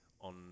on